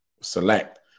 select